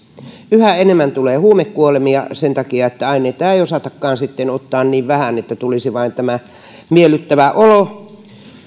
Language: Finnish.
yhä enemmän tulee huumekuolemia sen takia että aineita ei osatakaan sitten ottaa niin vähän että tulisi vain miellyttävä olo